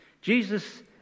Jesus